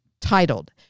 titled